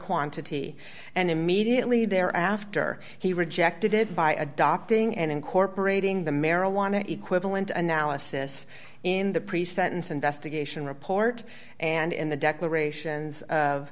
quantity and immediately thereafter he rejected it by adopting and incorporating the marijuana equivalent analysis in the pre sentence investigation report and in the declarations of